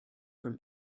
from